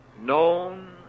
known